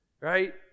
right